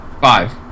Five